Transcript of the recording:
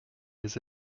les